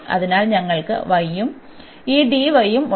അതിനാൽ ഞങ്ങൾക്ക് y ഉം ഈ ഉം ഉണ്ട്